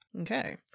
Okay